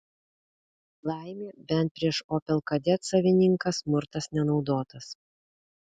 laimė bent prieš opel kadet savininką smurtas nenaudotas